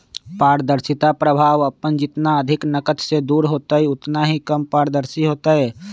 पारदर्शिता प्रभाव अपन जितना अधिक नकद से दूर होतय उतना ही कम पारदर्शी होतय